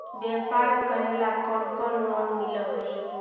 व्यापार करेला कौन कौन लोन मिल हइ?